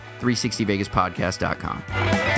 360VegasPodcast.com